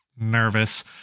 nervous